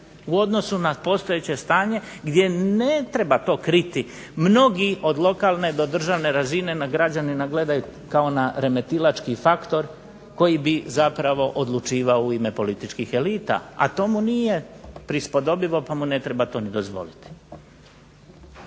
u odnosu na postojeće stanje gdje ne treba to kriti, mnogi od lokalne do državne razine na građanina gledaju kao na remetilački faktor, koji bi zapravo odlučivao u ime političkih elita, a tomu nije prispodobilo pa mu ne treba to ni dozvoliti.